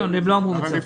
ינון, הם לא אמרו את זה.